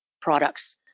products